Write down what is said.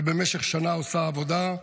ובמשך שנה עושה עבודה,